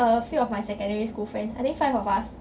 a few of my secondary school friends I think five of us